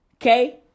Okay